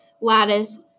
lattice